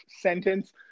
sentence